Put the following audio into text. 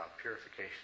purification